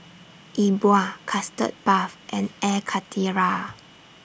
E Bua Custard Puff and Air Karthira